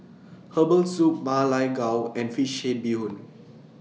Herbal Soup Ma Lai Gao and Fish Head Bee Hoon